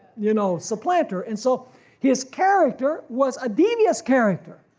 you know, supplanter. and so his character was a devious character,